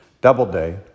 Doubleday